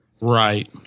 Right